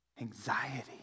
anxiety